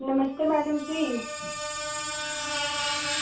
नमस्ते madam जी